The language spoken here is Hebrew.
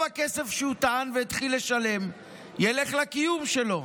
הכסף שהוא טען והתחיל לשלם ילך לקיום שלו.